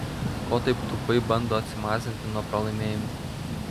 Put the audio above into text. ko taip tūpai bando atsimazinti nuo pralaimėjimo